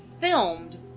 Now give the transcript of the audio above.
filmed